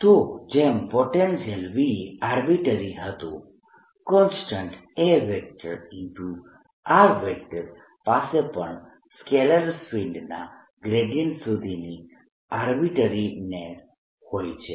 તો જેમ potential V arbitrary હતું સમયનો સંદર્ભ 0455 કોન્સ્ટન્ટ A પાસે પણ સ્કેલર ફિલ્ડના ગ્રેડિયન્ટ સુધીની આર્બિટરીનેસ હોય છે